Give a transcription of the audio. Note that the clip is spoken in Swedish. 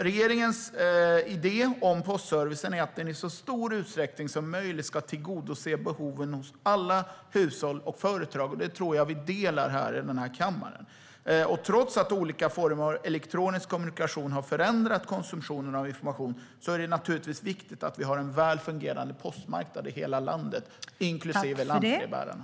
Regeringens idé om postservicen är att den i så stor utsträckning som möjligt ska tillgodose behoven hos alla hushåll och företag, och den idén tror jag att vi delar i den här kammaren. Trots att olika former av elektronisk kommunikation har förändrat konsumtionen av information är det naturligtvis viktigt att vi har en väl fungerande postmarknad i hela landet, inklusive lantbrevbärare.